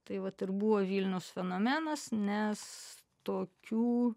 tai vat ir buvo vilnius fenomenas nes tokių